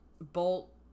bolt